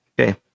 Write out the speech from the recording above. Okay